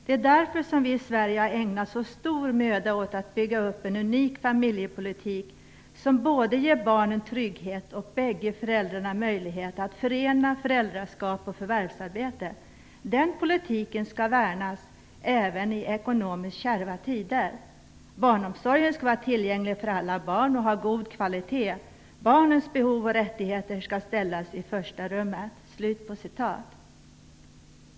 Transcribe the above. Det är därför som vi i Sverige har ägnat så stor möda åt att bygga upp en unik familjepolitik, som både ger barnen trygghet och bägge föräldrarna möjlighet att förena föräldraskap och förvärvsarbete. Den politiken skall värnas, även i ekonomiskt kärva tider. Barnomsorgen skall vara tillgänglig för alla barn och ha god kvalitet. Barnens behov och rättigheter skall ställas i första rummet."